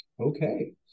Okay